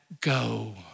go